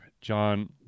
John